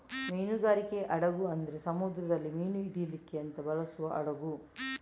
ಮೀನುಗಾರಿಕೆ ಹಡಗು ಅಂದ್ರೆ ಸಮುದ್ರದಲ್ಲಿ ಮೀನು ಹಿಡೀಲಿಕ್ಕೆ ಅಂತ ಬಳಸುವ ಹಡಗು